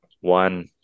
one